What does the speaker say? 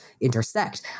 intersect